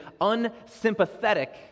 unsympathetic